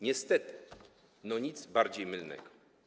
Niestety, no nic bardziej mylnego.